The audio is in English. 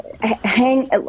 hang